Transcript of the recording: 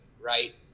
Right